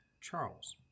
charles